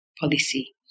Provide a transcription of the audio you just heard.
policy